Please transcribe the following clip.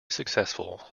successful